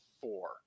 four